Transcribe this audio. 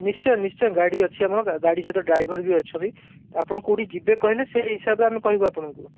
ନିଶ୍ଚୟ ନିଶ୍ଚୟ ଗାଡ଼ି ଅଛି ଆମର ଗାଡ଼ି ସହିତ ଡ଼୍ରାଇଭର୍ ବି ଅଛନ୍ତି ତ ଆପଣ କୋଉଠିକି ଯିବେ କହିଲେ ସେଇ ହିସାବରେ ଆମେ କହିବୁ ଆପଣଙ୍କୁ